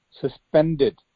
suspended